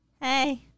hey